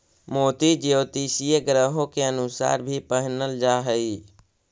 मोती ज्योतिषीय ग्रहों के अनुसार भी पहिनल जा हई